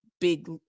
big